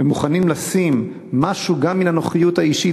ומוכנים לשים משהו גם מן הנוחיות האישית